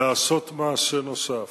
לעשות מעשה נוסף,